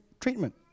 treatment